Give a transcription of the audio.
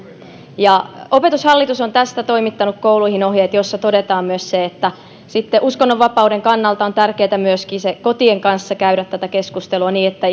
opetushallitus on tästä toimittanut kouluihin ohjeet joissa todetaan myös se että uskonnonvapauden kannalta on tärkeätä myöskin kotien kanssa käydä tätä keskustelua niin että